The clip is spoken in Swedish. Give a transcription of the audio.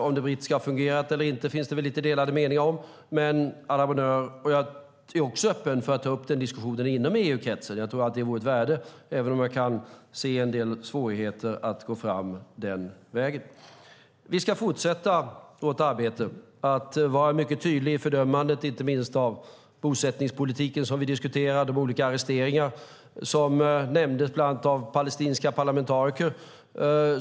Om den brittiska har fungerat eller inte finns det lite delade meningar om. Men, à la bonne heure, jag är öppen för att också ta upp den diskussionen inom EU-kretsen. Jag tror att det vore av värde, även om jag kan se en del svårigheter med att gå fram den vägen. Vi ska fortsätta vårt arbete och vara mycket tydliga i fördömandet, inte minst av bosättningspolitiken som vi diskuterar och de olika arresteringar som har skett, som nämndes, bland annat av palestinska parlamentariker.